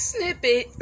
Snippet